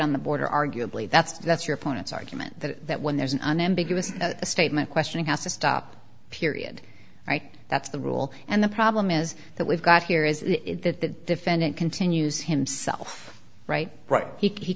on the border arguably that's that's your opponent's argument that that when there's an unambiguous statement questioning has to stop period right that's the rule and the problem is that we've got here is that the defendant continues himself right